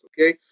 Okay